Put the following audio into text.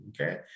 okay